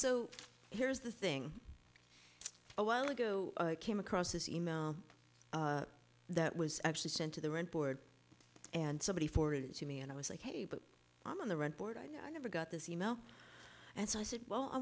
so here's the thing a while ago i came across this e mail that was actually sent to the rent board and somebody for it to me and i was like hey but i'm on the rent board i never got this email and so i said well i